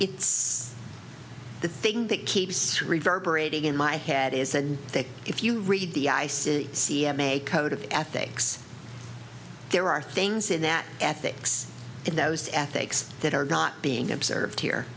it's the thing that keeps reverberating in my head is and they if you read the i c c m a code of ethics there are things in that ethics in those ethics that are not being observed here